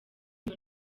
iyo